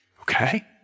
Okay